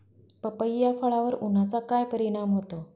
पपई या फळावर उन्हाचा काय परिणाम होतो?